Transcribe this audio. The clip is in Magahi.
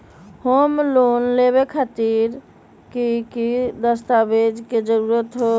होम लोन लेबे खातिर की की दस्तावेज के जरूरत होतई?